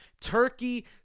turkey